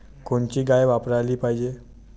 कोनची गाय वापराली पाहिजे?